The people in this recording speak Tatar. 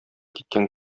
киткән